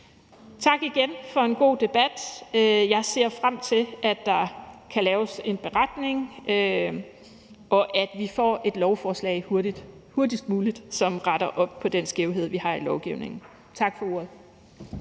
Tak igen for en god debat. Jeg ser frem til, at der kan laves en beretning, og at vi får et lovforslag hurtigst muligt, som retter op på den skævhed, vi har i lovgivningen. Tak for ordet.